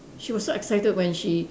she was so excited when she